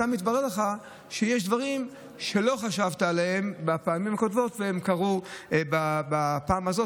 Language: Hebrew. מתברר לך שיש דברים שלא חשבת עליהם בפעמים הקודמות והם קרו בפעם הזאת,